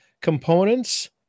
components